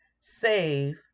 Save